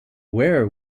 wear